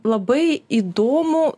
labai įdomų